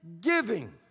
giving